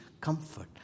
comfort